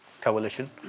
coalition